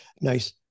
nice